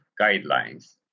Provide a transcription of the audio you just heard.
guidelines